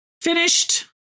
finished